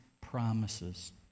promises